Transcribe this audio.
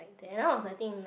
like then I was I think in like